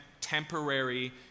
temporary